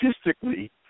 statistically